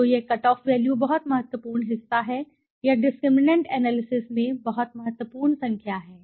तो यह cutoff value बहुत महत्वपूर्ण हिस्सा है या डिस्क्रिमिनैंट एनालिसिस में बहुत महत्वपूर्ण संख्या है